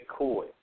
McCoy